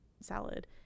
salad